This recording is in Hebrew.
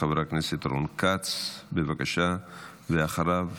חבר הכנסת רון כץ, בבקשה, ואחריו,